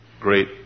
great